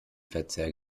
verzehr